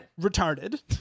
retarded